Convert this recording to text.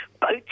boats